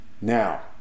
Now